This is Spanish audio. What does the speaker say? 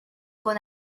con